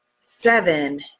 seven